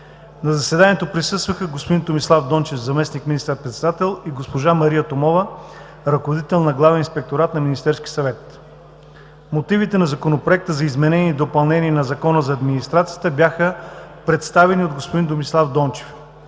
На заседанието присъстваха: господин Томислав Дончев – заместник – министър председател, и госпожа Мария Томова – ръководител на „Главен инспекторат“ на Министерския съвет. Мотивите на Законопроектa за изменение и допълнение на Закона за администрацията бяха представени от господин Томислав Дончев.